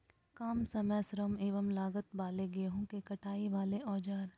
काम समय श्रम एवं लागत वाले गेहूं के कटाई वाले औजार?